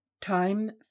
Time